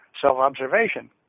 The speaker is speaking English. self-observation